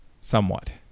Somewhat